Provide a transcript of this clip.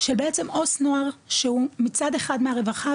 שבעצם עו"ס נוער שהוא מצד אחד מהרווחה,